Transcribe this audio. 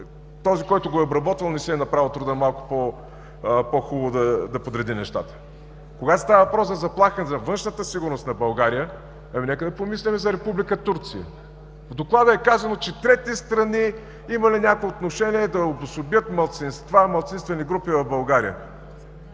Този, който го е обработвал, не си е направил труда малко по-хубаво да подреди нещата. Когато става въпрос за заплаха за външната сигурност на България, нека да помислим за Република Турция. В доклада е казано, че трети страни имали някакво отношение да обособят малцинства и малцинствени групи в България.